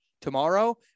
Tomorrow